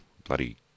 bloody